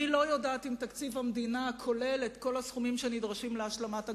אני לא יודעת אם תקציב המדינה כולל את כל הסכומים שנדרשים להשלמת הגדר,